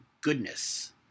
goodness